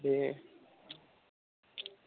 बे